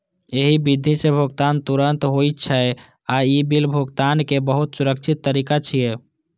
एहि विधि सं भुगतान तुरंत होइ छै आ ई बिल भुगतानक बहुत सुरक्षित तरीका छियै